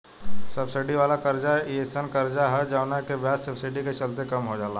subsidy वाला कर्जा एयीसन कर्जा ह जवना के ब्याज सब्सिडी के चलते कम हो जाला